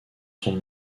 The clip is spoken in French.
son